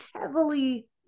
heavily